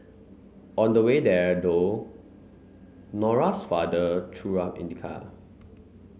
on the way there though Nora's father threw up in the car